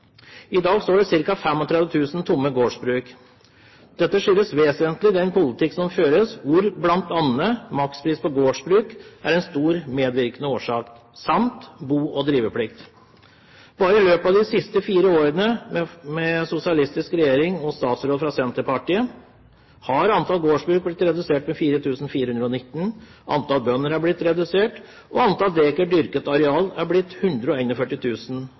I dag står ca. 35 000 gårdsbruk tomme. Dette skyldes vesentlig den politikk som føres, og bl.a. makspris på gårdsbruk er en stor medvirkende årsak, samt bo- og driveplikt. Bare i løpet av de siste fire årene med sosialistisk regjering og en statsråd fra Senterpartiet, har antall gårdsbruk blitt redusert med 4 419. Antall bønder er blitt redusert, og antall dekar dyrket areal er blitt